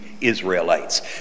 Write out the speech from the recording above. Israelites